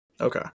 Okay